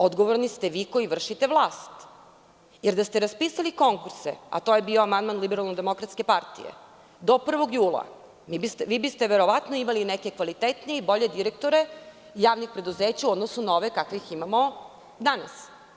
Odgovorni ste vi koji vršite vlast, jer da ste raspisali konkurse, a to je bio amandman LDP, do 1. jula, vi biste verovatno imali neke kvalitetnije i bolje direktore javnih preduzeća u odnosu na ove kakvih imamo danas.